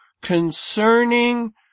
concerning